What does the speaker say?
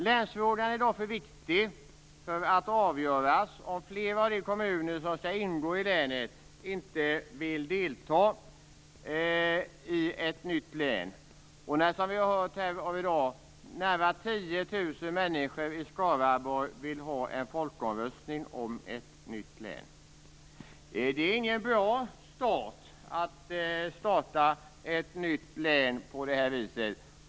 Länsfrågan är i dag för viktig för att avgöras om flera av de kommuner som skall ingå i länet inte vill delta i ett nytt län. Som vi har hört här i dag vill nära 10 000 människor i Skaraborg ha en folkomröstning om ett nytt län. Det är ingen bra start för ett nytt län.